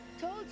Told